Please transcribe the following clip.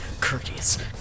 Courteous